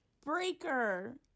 Breaker